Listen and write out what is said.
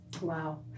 Wow